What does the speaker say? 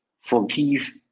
Forgive